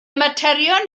materion